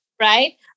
right